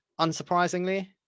unsurprisingly